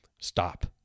Stop